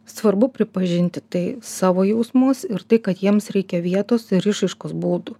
svarbu pripažinti tai savo jausmus ir tai kad jiems reikia vietos ir išraiškos būdų